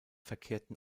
verkehrten